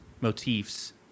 motifs